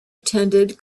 attended